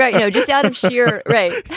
ah you know, just out of sheer